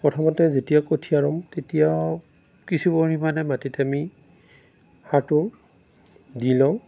প্ৰথমতে যেতিয়া কঠীয়া ৰুম তেতিয়া কিছু পৰিমাণে মাটিত আমি সাৰটো দি লওঁ